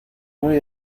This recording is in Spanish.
muy